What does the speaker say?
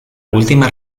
última